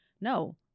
no